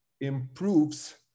improves